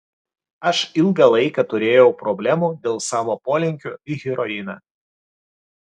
aš ilgą laiką turėjau problemų dėl savo polinkio į heroiną